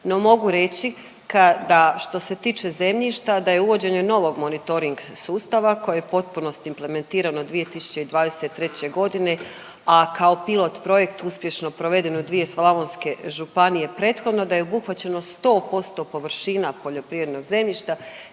No, mogu reći kada, što se tiče zemljišta, da je uvođenje novog monitoring sustava koji je u potpunosti implementiran od 2023. g., a kao pilot projekt uspješno proveden u dvije slavonske županije prethodno, da je obuhvaćeno 100% površina poljoprivrednog zemljišta.